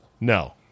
No